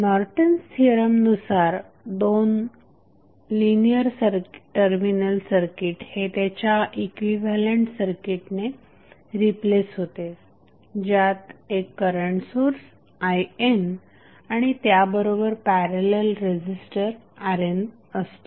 Norton's theorem नुसार दोन linear terminal circuit हे त्याच्या इक्विव्हॅलंट सर्किट ने रिप्लेस होते ज्यात एक करंट सोर्स INआणि त्या बरोबर पॅरलल रेझिस्टर RN असतो